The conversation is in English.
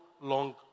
long